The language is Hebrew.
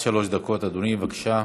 עד שלוש דקות, אדוני, בבקשה.